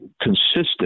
consistent